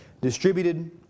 distributed